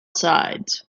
sides